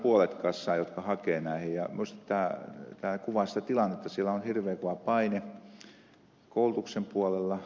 minusta tämä kuvaa sitä tilannetta siellä on hirveän kova paine koulutuksen puolella